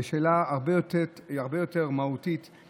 זה שאלה הרבה יותר מהותית,